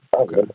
Okay